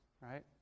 right